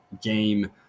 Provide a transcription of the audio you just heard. game